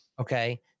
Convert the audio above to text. Okay